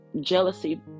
jealousy